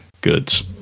goods